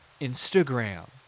Instagram